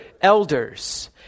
elders